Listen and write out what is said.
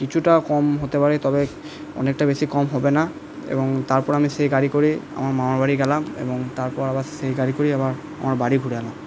কিছুটা কম হতে পারে তবে অনেকটা বেশি কম হবে না এবং তারপরে আমি সেই গাড়ি করে আমার মামার বাড়ি গেলাম এবং তারপর আবার সেই গাড়ি করেই আবার আমার বাড়ি ঘুরে এলাম